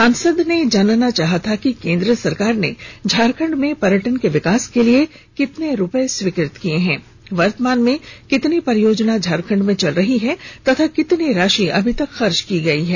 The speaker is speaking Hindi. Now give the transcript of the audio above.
सांसद ने जानना चाहा था कि केंद्रीय सरकार ने झारखंड में पर्यटन के विकास के लिए कितने रुपए स्वीकृ त किए हैंध बर्तमान में कितनी परियोजना झारखंड में चल रही तथा कितनी राशि अभी तक खर्च की गई है